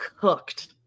cooked